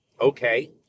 okay